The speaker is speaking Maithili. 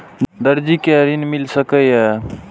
दर्जी कै ऋण मिल सके ये?